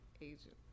Agent